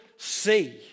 see